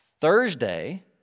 Thursday